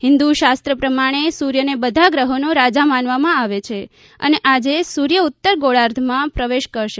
હિન્દુ શાસ્ત્ર પ્રમાણે સૂર્યને બધા ગ્રહોનો રાજા માનવામાં આવે છે અને આજે સૂર્ય ઉત્તર ગોળાર્ધમાં પ્રવેશ કરશે